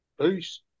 Peace